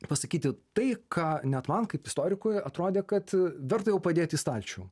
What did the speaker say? pasakyti tai ką net man kaip istorikui atrodė kad verta jau padėt į stalčių